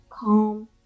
calm